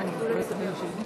מדובר בהצעת חוק שבאה לתקן